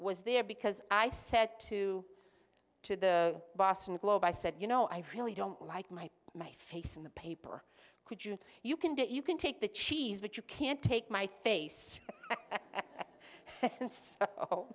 was there because i said to to the boston globe i said you know i really don't like my my face in the paper could you you can do it you can take the cheese but you can't take my face